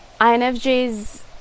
INFJs